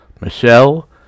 michelle